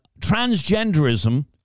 Transgenderism